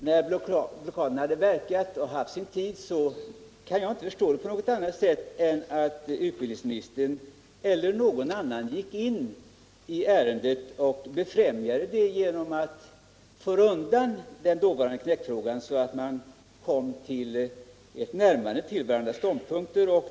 Jag kan inte förstå annat än att när blockaden hade verkat och haft sin tid gick utbildningsministern eller någon annan in och befrämjade ärendet genom att föra undan den dåvarande knäckfrågan, så att man kom närmare varandras ståndpunkter.